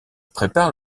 prépare